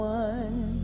one